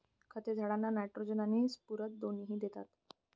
खते झाडांना नायट्रोजन आणि स्फुरद दोन्ही देतात